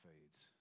fades